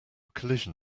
collision